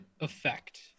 effect